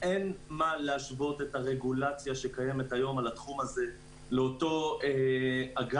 אין מה להשוות את הרגולציה שקיימת היום בתחום הזה לאותו אגף